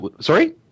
Sorry